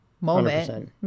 moment